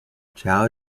chow